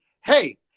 hey